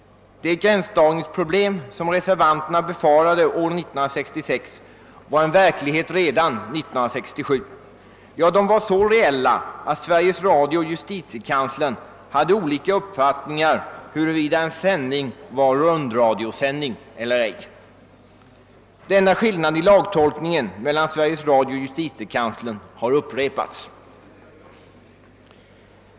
De gränsdragningsproblem som reservanterna befarade 1966 var verklighet redan 1967 — ja, de var så reella att Sveriges Radio och justitiekanslern hade olika uppfattningar huruvida en sändning var rundradiosändning eller ej. Denna skillnad i lagtolkningen mellan Sveriges Radio och justitiekanslern har sedan på nytt kommit till uttryck.